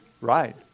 Right